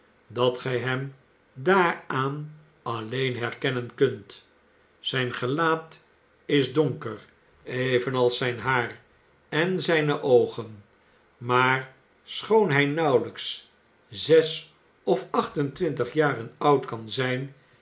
dat gij hem daaraan alleen herkennen kunt zijn gelaat is donker evenals zijn haar en zijne oogen maar schoon hij nauwelijks zes of acht en twintig jaren oud kan zijn